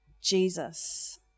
Jesus